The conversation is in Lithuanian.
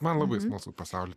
man labai smalsu pasaulį